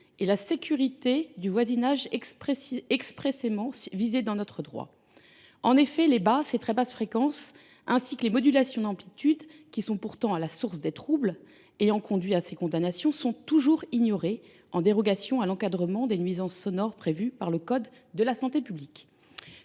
et la sécurité du voisinage, expressément visées dans notre droit. En effet, les basses et très basses fréquences, ainsi que les modulations d’amplitude, qui sont pourtant à la source des troubles ayant conduit à ces condamnations, sont toujours ignorées, par dérogation à l’encadrement des nuisances sonores prévues par le code de la santé publique.